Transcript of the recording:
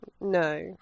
No